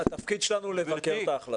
יש --- התפקיד שלנו לבקר את ההחלטות.